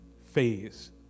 phase